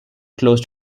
closed